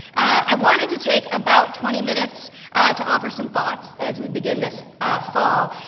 i wanted to take about twenty minutes to offer some thoughts, as we begin this fall.